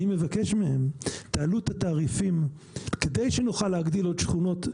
אני מבקש מהם 'תעלו את התעריפים כדי שנוכל להגדיל עוד שכונות',